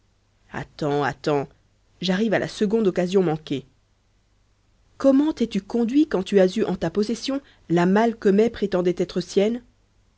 attends attends j'arrive à la seconde occasion manquée comment t'es-tu conduit quand tu as eu en ta possession la malle que mai prétendait être